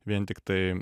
vien tiktai